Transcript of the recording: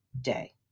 day